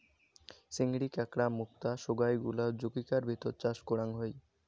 চিংড়ি, কাঁকড়া, মুক্তা সোগায় গুলা জুচিকার ভিতর চাষ করাং হই